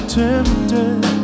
tempted